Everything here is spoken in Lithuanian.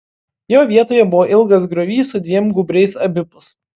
jo vietoje buvo ilgas griovys su dviem gūbriais abipus